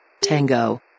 Tango